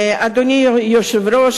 אדוני היושב-ראש,